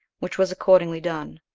which was accordingly done.